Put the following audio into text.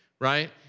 Right